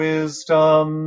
Wisdom